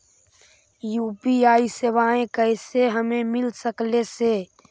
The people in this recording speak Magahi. यु.पी.आई सेवाएं कैसे हमें मिल सकले से?